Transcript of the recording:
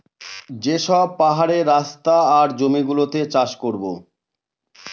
যে সব পাহাড়ের রাস্তা আর জমি গুলোতে চাষ করাবো